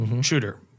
shooter